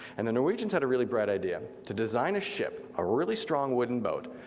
and the norwegians had a really bright idea to design a ship, a really strong wooden boat,